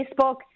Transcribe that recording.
Facebook